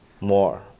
more